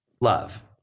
love